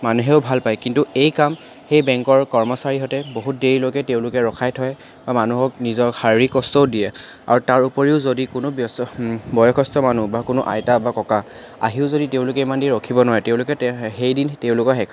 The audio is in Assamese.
মানুহেও ভাল পায় কিন্তু এই কাম সেই বেংকৰ কৰ্মচাৰীহঁতে বহুত দেৰিলৈকে তেওঁলোকে ৰখাই থয় বা মানুহক নিজৰ শাৰীৰিক কষ্টও দিয়ে আৰু তাৰ উপৰিও যদি কোনো ব্য়স্ত বয়সষ্ঠ মানুহ বা কোনো আইতা বা ককা আহিও যদি তেওঁলোকে ইমান দেৰি ৰখিব নোৱাৰে তেওঁলোকে তেওঁ সেই দিন তেওঁলোকৰ শেষ